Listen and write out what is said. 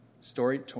story